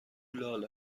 لال